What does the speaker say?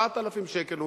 9,000 שקל,